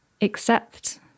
accept